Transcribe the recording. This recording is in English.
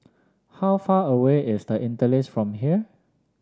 how far away is The Interlace from here